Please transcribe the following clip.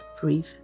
Breathe